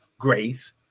grace